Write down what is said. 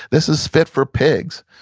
this is fit for pigs!